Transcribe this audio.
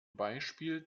beispiel